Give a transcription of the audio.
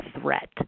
threat